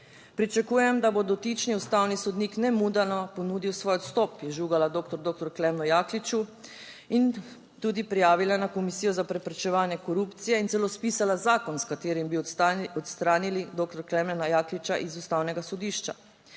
Pričakujem, da bo dotični ustavni sodnik nemudoma ponudil svoj odstop, je žugala doktor doktor Klemnu Jakliču in tudi prijavila na Komisijo za preprečevanje korupcije in celo spisala zakon, s katerim bi odstranili doktor Klemna Jakliča iz Ustavnega sodišča.